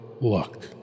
luck